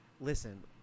listen